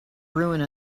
ruin